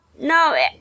no